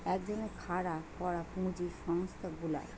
এক ধরণের খাড়া করা পুঁজি সংস্থা গুলার